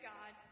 God